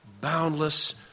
Boundless